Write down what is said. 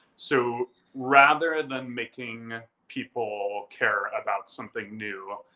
so rather than making people care about something new,